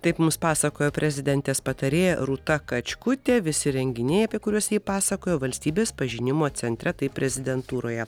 taip mums pasakojo prezidentės patarėja rūta kačkutė visi renginiai apie kuriuos ji pasakojo valstybės pažinimo centre tai prezidentūroje